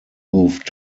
moved